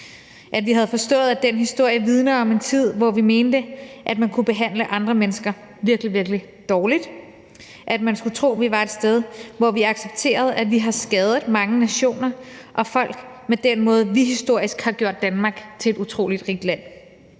at vi havde forstået, at den historie vidner om en tid, hvor vi mente, at man kunne behandle andre mennesker virkelig, virkelig dårligt. Man skulle tro, at vi var et sted, hvor vi accepterede, at vi har skadet mange nationer og folk med den måde, vi historisk har gjort Danmark til et utrolig rigt land